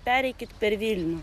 pereikit per vilnių